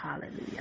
Hallelujah